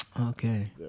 Okay